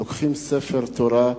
לוקחים ספר תורה,